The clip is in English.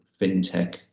FinTech